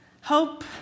Hope